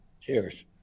Cheers